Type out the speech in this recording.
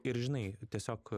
ir žinai tiesiog